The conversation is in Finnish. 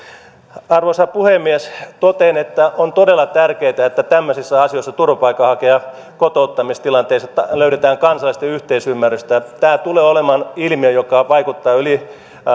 arvoisa puhemies totean että on todella tärkeätä että tämmöisissä asioissa turvapaikanhakijan kotouttamistilanteissa löydetään kansallista yhteisymmärrystä tämä tulee olemaan ilmiö joka vaikuttaa yli